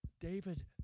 David